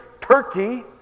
Turkey